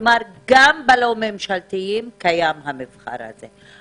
כלומר, גם בלא ממשלתיים קיים המבחר הזה.